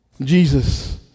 Jesus